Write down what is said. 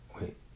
wait